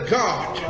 god